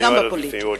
וגם בפוליטיקה.